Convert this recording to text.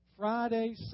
Friday